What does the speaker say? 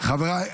קובע כי